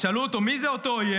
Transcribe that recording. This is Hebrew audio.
אז שאלו אותו: מי זה אותו אויב?